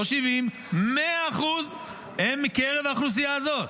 לא 70% 100% הם מקרב האוכלוסייה הזאת,